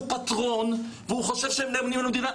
הוא פטרון והוא חושב שהם נאמנים למדינה?